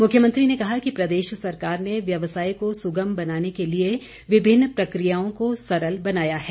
मुख्यमंत्री ने कहा कि प्रदेश सरकार ने व्यवसाय को सुगम बनाने के लिए विभिन्न प्रक्रियाओं को सरल बनाया है